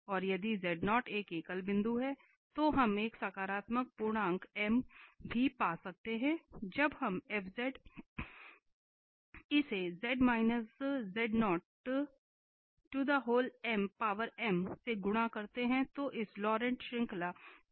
और यदि एक एकल बिंदु है तो हम एक सकारात्मक पूर्णांक m भी पा सकते हैं जब हम f इसे से गुणा करते हैं जो इस लॉरेंट श्रृंखला से भी स्पष्ट है